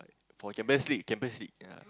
for Champions League Champions League ya